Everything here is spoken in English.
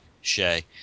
Shay